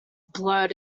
blurred